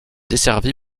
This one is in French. desservi